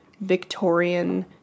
victorian